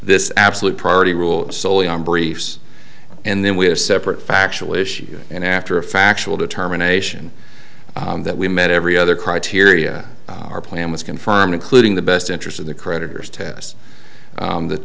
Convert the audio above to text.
this absolute priority rule soley on briefs and then we have separate factual issues and after a factual determination that we met every other criteria our plan was confirmed including the best interest of the creditors test that